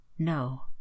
No